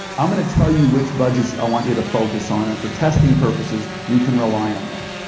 i'm going to tell you which budgets i want you to focus on, and for testing purposes, you can rely on that,